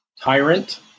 tyrant